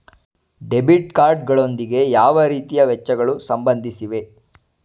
Debit card ಗಳೊಂದಿಗೆ ಯಾವ ರೀತಿಯ ವೆಚ್ಚಗಳು ಸಂಬಂಧಿಸಿವೆ?